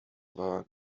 war